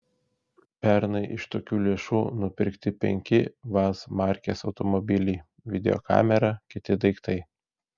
pernai iš tokių lėšų nupirkti penki vaz markės automobiliai videokamera kiti daiktai